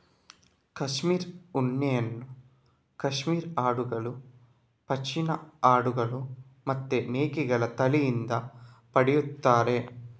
cashmere ಉಣ್ಣೆಯನ್ನ cashmere ಆಡುಗಳು, ಪಶ್ಮಿನಾ ಆಡುಗಳು ಮತ್ತೆ ಮೇಕೆಗಳ ತಳಿಯಿಂದ ಪಡೀತಾರೆ